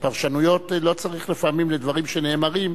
ופרשנויות לא צריך לפעמים לדברים שנאמרים,